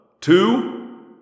Two